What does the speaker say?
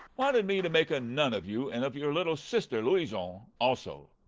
wanted me to make a nun of you and of your little sister louison also.